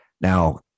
Now